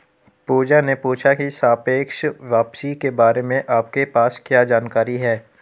पूजा ने पूछा की सापेक्ष वापसी के बारे में आपके पास क्या जानकारी है?